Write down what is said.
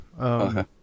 okay